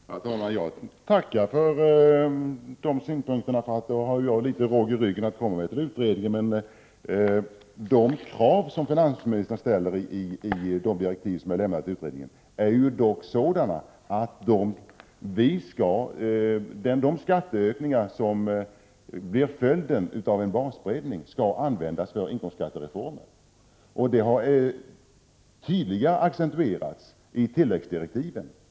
Herr talman! Jag tackar för de synpunkterna. De ger mig litet mera råg i ryggen när jag återkommer till utredningen. De krav som finansministern ställer i de till utredningen lämnade direktiven innebär dock att de skatteökningar som blir följden av en basbreddning skall användas för inkomstskattereformer. Detta har också accentuerats i tilläggsdirektiven.